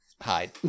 Hide